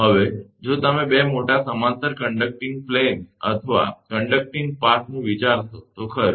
હવે જો તમે બે મોટા સમાંતર કંડકટીંગ પ્લેનસ અથવા કંડકટીંગ પાથ નું વિચારશો તો ખરું